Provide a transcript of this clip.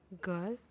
girl